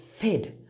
fed